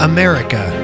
America